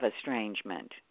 estrangement